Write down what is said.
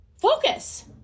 focus